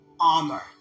armor